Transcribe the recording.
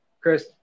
Chris